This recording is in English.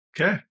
Okay